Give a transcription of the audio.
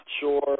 sure